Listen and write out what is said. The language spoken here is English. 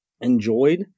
enjoyed